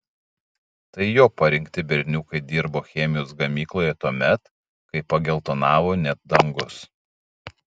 tai jo parinkti berniukai dirbo chemijos gamykloje tuomet kai pageltonavo net dangus